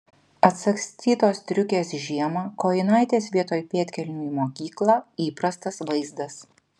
atsagstytos striukės žiemą kojinaitės vietoj pėdkelnių į mokyklą įprastas vaizdas